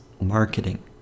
marketing